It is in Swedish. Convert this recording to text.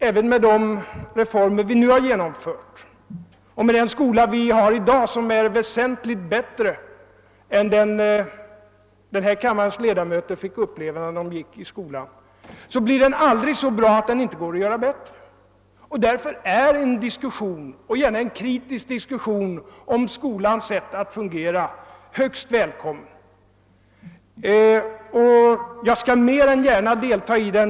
även med de reformer vi nu genomfört, med den skola vi har i dag, vilken är väsentligt bättre än den kammarens ledamöter fick uppleva när de gick i skolan, blir den aldrig så bra att den inte kan göras bättre. Därför är en diskussion — och gärna en kritisk diskussion — om skolans sätt att fungera högst välkommen. Jag skall mer än gärna delta i den.